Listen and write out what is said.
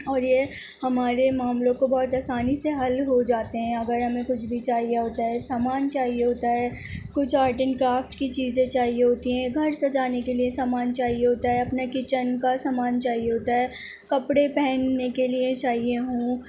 اور یہ ہمارے معاملوں کو بہت آسانی سے حل ہو جاتے ہیں اگر ہمیں کچھ بھی چاہیے ہوتا ہے سامان چاہیے ہوتا ہے کچھ آرٹ اینڈ کرافٹ کی چیزیں چاہیے ہوتی ہیں ہے گھر سجانے کے لیے سامان چاہیے ہوتا ہے اپنے کچن کا سامان چاہیے ہوتا ہے کپڑے پہنے کے لیے چاہیے ہوں